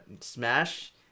Smash